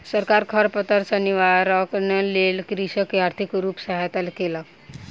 सरकार खरपात सॅ निवारणक लेल कृषक के आर्थिक रूप सॅ सहायता केलक